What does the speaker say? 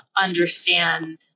understand